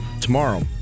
tomorrow